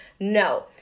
No